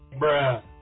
Bruh